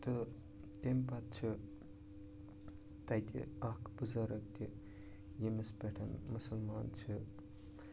تہٕ تَمہِ پَتہٕ چھِ تَتہِ اَکھ بُزَرٕگ تہِ ییٚمِس پٮ۪ٹھ مُسلمان چھِ